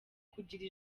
kugira